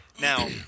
Now